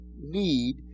need